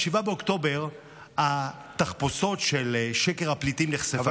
ב-7 באוקטובר התחפושות של שקר הפליטים נחשפו.